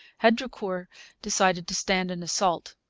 had drucour decided to stand an assault.